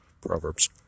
Proverbs